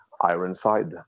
Ironside